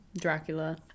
Dracula